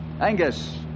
Angus